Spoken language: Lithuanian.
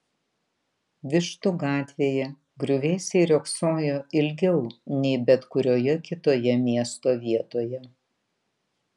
vištų gatvėje griuvėsiai riogsojo ilgiau nei bet kurioje kitoje miesto vietoje